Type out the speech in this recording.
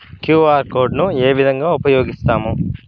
QR code ను ఏ విధంగా ఉపయగిస్తాము?